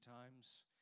times